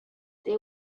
they